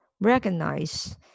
recognize